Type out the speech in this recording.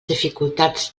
dificultats